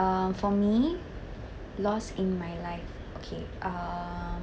uh for me lost in my life okay uh